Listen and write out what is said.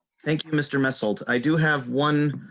thank you mister muscle to i do have one.